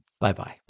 Bye-bye